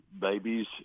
babies